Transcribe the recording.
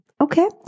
Okay